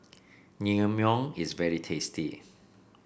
naengmyeon is very tasty